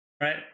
right